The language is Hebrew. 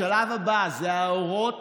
השלב הבא זה האורות